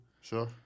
Sure